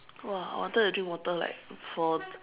!wah! I wanted to drink water like for